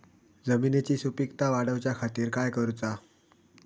जमिनीची सुपीकता वाढवच्या खातीर काय करूचा?